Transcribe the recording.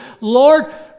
Lord